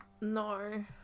No